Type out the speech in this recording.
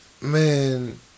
Man